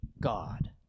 God